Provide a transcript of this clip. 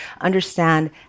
understand